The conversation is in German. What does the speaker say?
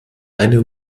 eine